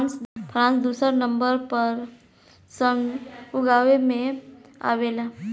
France दुसर number पर सन उगावे में आवेला